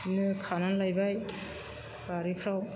बिदिनो खानानै लायबाय बारिफ्राव